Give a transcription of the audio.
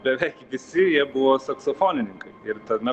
beveik visi jie buvo saksofonininkai ir tame